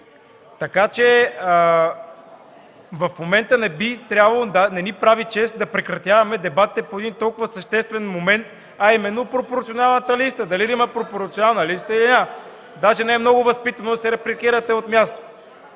който е. В момента не ни прави чест да прекратяваме дебатите в един толкова съществен момент, а именно пропорционалната листа – дали да има пропорционална листа или не. (Реплики от КБ и ДПС.) Даже не е много възпитано да ме репликирате от място.